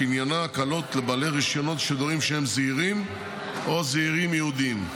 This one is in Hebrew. שעניינה הקלות לבעלי רישיונות שידורים שהם זעירים או זעירים ייעודיים.